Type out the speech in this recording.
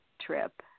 trip